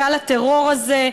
גל הטרור הזה,